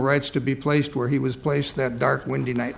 rights to be placed where he was placed that dark windy ni